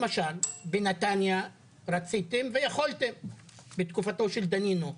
למשל בנתניה רציתם ויכולתם בתקופתו של דנינו.